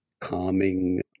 calming